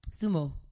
Sumo